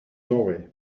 doorway